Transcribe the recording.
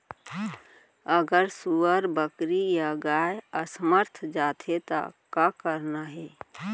अगर सुअर, बकरी या गाय असमर्थ जाथे ता का करना हे?